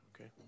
okay